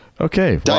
Okay